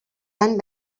van